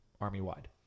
Army-wide